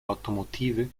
automotive